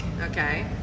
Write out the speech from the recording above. okay